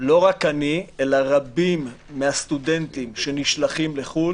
לא רק אני אלא רבים מהסטודנטים שנשלחים לחו"ל